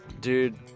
Dude